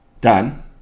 done